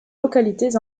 localités